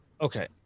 Okay